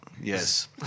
Yes